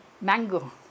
mango